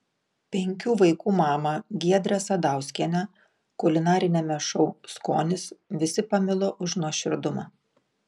penkių vaikų mamą giedrą sadauskienę kulinariniame šou skonis visi pamilo už nuoširdumą